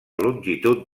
longitud